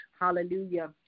Hallelujah